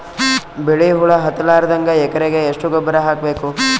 ಬಿಳಿ ಹುಳ ಹತ್ತಲಾರದಂಗ ಎಕರೆಗೆ ಎಷ್ಟು ಗೊಬ್ಬರ ಹಾಕ್ ಬೇಕು?